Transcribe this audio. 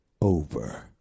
over